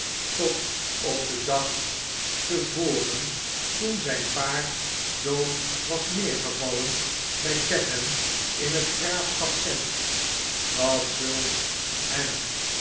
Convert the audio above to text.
tot op den dag te voren toen zyn paard dood was neergevallen bij chatham in t graafschap kent dat zulks hem